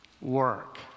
work